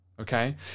Okay